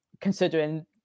considering